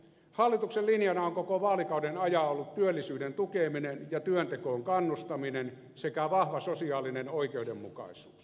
hallituksen linjana on koko vaalikauden ajan ollut työllisyyden tukeminen ja työntekoon kannustaminen sekä vahva sosiaalinen oikeudenmukaisuus